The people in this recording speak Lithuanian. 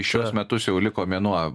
šiuos metus jau liko mėnuo